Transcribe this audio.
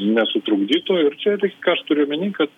nesutrukdytų ir čia tai ką aš turiu omeny kad